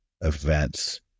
events